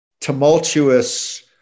tumultuous